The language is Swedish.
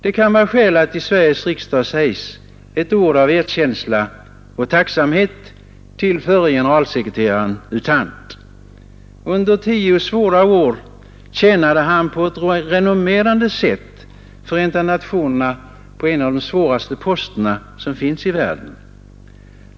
Det kan vara skäl att i Sveriges riksdag säga ett ord av erkänsla och tacksamhet till förre generalsekreteraren U Thant. Under tio svåra år tjänade han på ett renommerande sätt FN på en av de svåraste poster som finns i världen.